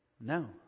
No